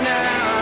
now